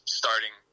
starting